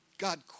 God